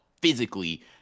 physically